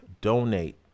donate